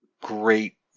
great